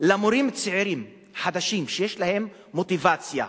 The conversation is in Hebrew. למורים צעירים, חדשים, שיש להם מוטיבציה.